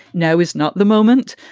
now is not the moment.